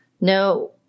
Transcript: no